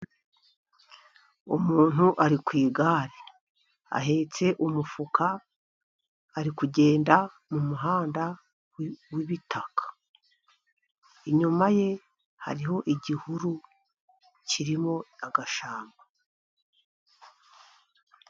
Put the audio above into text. Umuntu ari ku igare ahetse umufuka. Ari kugenda mu muhanda w'ibitaka. Inyuma ye hariho igihuru kirimo agashyamba.